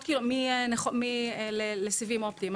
לסיבים אופטיים.